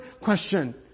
question